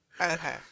Okay